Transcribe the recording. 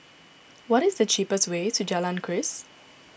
what is the cheapest way to Jalan Keris